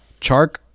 Chark